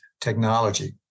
Technology